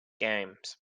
games